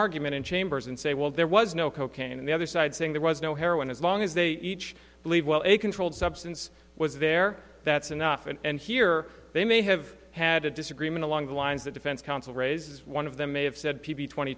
argument in chambers and say well there was no cocaine in the other side saying there was no heroin as long as they each believe well a controlled substance was there that's enough and here they may have had a disagreement along the lines the defense counsel raises one of them may have said peavey twenty